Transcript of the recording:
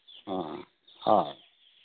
ᱦᱚᱸ ᱦᱳᱭ